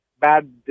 bad